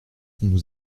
nous